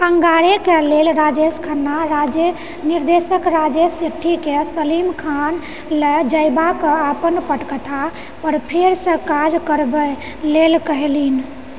अङ्गारे लेल राजेश खन्ना निर्देशक राजेश सेठीके सलीम खान लऽ जयबा कऽ अपन पटकथा पर फेरसँ काज करबा लेल कहलनि